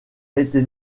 été